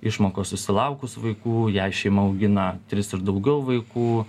išmokos susilaukus vaikų jei šeima augina tris ir daugiau vaikų